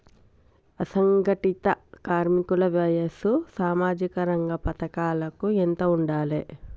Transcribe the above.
అసంఘటిత కార్మికుల వయసు సామాజిక రంగ పథకాలకు ఎంత ఉండాలే?